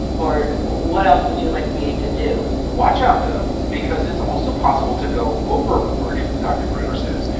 or what else would you like me to do? watch out, though, because it's also possible to go overboard, dr. breuner says,